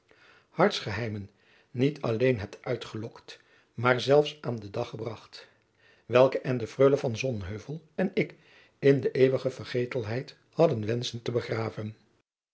hartsgeheimen niet alleen hebt uitgelokt maar zelfs aan den dag gebracht welke en de freule van sonheuvel en ik in de eeuwige vergetelheid hadden wenschen te begraven